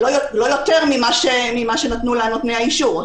לא יותר ממה שנתנו לה נותני האישור.